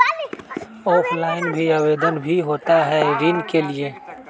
Offline भी आवेदन भी होता है ऋण के लिए?